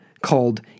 called